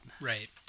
Right